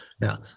Now